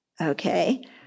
Okay